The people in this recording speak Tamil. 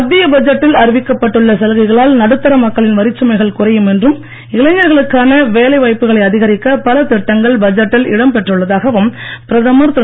மத்திய பட்ஜெட்டில் அறிவிக்கப்பட்டு உள்ள சலுகைகளால் நடுத்தர மக்களின் வரிச் சுமைகள் குறையும் என்றும் இளைஞர்களுக்கான வேலை வாய்ப்புகளை அதிகரிக்க பல திட்டங்கள் பட்ஜெட்டில் இடம் பெற்றுள்ளதாகவும் பிரதமர் திரு